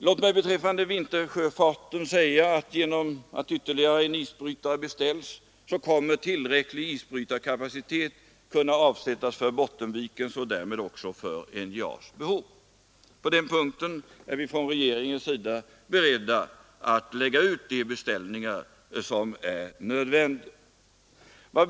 Låt mig beträffande vintersjöfarten säga att genom att ytterligare en isbrytare beställts kommer tillräcklig isbrytarkapacitet att kunna avsättas för Bottenvikens och därmed också för NJA:s behov. På den punkten är vi inom regeringen beredda att lägga ut de beställningar som är nödvändiga.